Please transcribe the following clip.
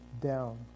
down